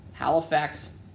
Halifax